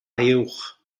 uwch